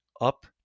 up